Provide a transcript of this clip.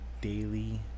daily